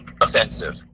offensive